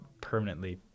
permanently